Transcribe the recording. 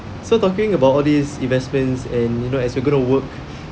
so talking about all these investments and you know as we're going to work